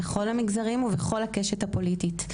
בכל המגזרים ובכל הקשת הפוליטית.